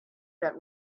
that